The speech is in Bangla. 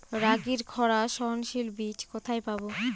রাগির খরা সহনশীল বীজ কোথায় পাবো?